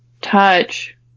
touch